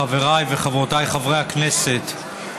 חבריי וחברותיי חברי הכנסת,